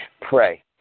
pray